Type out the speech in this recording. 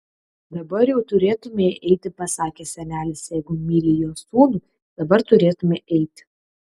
dabar jau turėtumei eiti pasakė senelis jeigu myli jo sūnų dabar turėtumei eiti